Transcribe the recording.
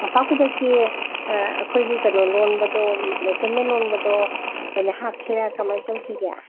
ꯃꯣꯝꯄꯥꯛ ꯐꯤꯗꯛꯇꯤ ꯑꯩꯈꯣꯏꯒꯤ ꯀꯩꯅꯣ ꯂꯣꯟꯕꯗꯣ ꯃꯦꯆꯤꯟꯅ ꯂꯣꯟꯕꯗꯣ ꯀꯩꯅꯣ ꯍꯥꯞꯁꯤꯔ ꯀꯃꯥꯏ ꯇꯧꯁꯤꯒꯦ